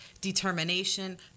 determination